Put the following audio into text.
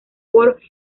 por